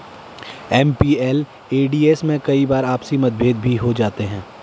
MPLADS में कई बार आपसी मतभेद भी हो जाते हैं